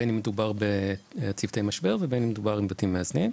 בין אם מדובר בצוותי משבר ובין אם מדובר בבתים מאזנים.